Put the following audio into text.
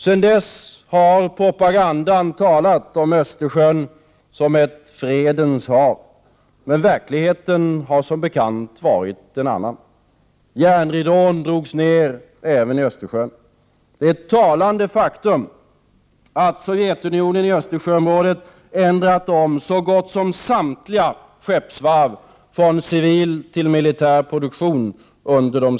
Sedan dess har propagandan talat om Östersjön som ett fredens hav, men verkligheten har som bekant varit en annan. Järnridån drogs ned även i Östersjön. Det är ett talande faktum att Sovjetunionen i Östersjöområdet under de senaste decennierna har ändrat om så gott som samtliga skeppsvarv från civil till militär produktion.